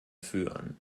führen